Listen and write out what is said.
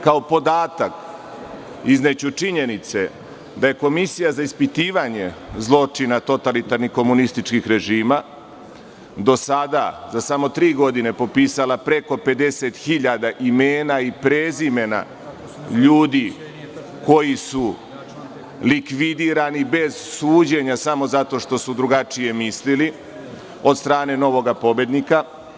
Kao podatak, izneću činjenice da je Komisija za ispitivanje zločina totalitarnih komunističkih režima do sada, za samo tri godine, popisala preko 50.000 imena i prezimena ljudi koji su likvidirani bez suđenja, samo zato što su drugačije mislili, od strane novog pobednika.